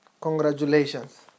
Congratulations